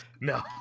No